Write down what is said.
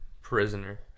Prisoner